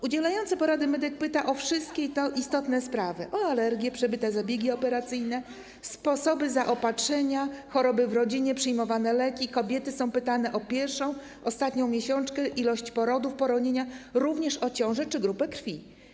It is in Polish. Udzielający porady medyk pyta o wszystkie istotne sprawy, o alergie, przebyte zabiegi operacyjne, sposoby zaopatrzenia, choroby w rodzinie, przyjmowane leki, kobiety są pytane o pierwszą, ostatnią miesiączkę, ilość porodów, poronienia, również o ciąże czy grupę krwi.